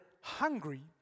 hungry